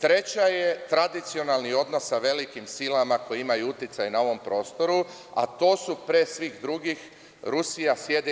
Treća je tradicionalni odnos sa velikim silama koje imaju uticaj na ovom prostoru, a to su pre svih drugih Rusija, SAD